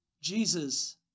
Jesus